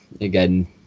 again